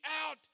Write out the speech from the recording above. out